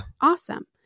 Awesome